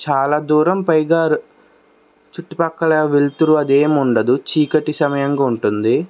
చాలా దూరం పైగా చుట్టుపక్కల వెలుతురు అదేం ఉండదు చీకటి సమయంగా ఉంటుంది